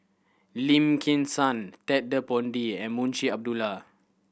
Lim Kim San Ted De Ponti and Munshi Abdullah